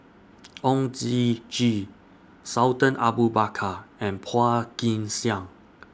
Oon Jin Gee Sultan Abu Bakar and Phua Kin Siang